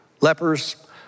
lepers